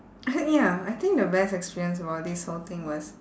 I ya I think the best experience about this whole thing was